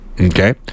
Okay